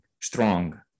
strong